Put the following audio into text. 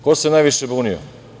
Ko se najviše bunio?